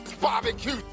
Barbecue